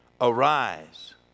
Arise